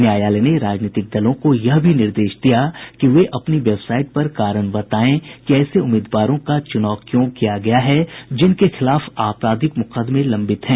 न्यायालय ने राजनीतिक दलों को यह भी निर्देश दिया कि वे अपनी वेबसाइट पर कारण बतायें कि ऐसे उम्मीदवारों का चुनाव क्यों किया गया है जिन के खिलाफ आपराधिक मुकदमे लम्बित हैं